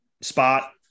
spot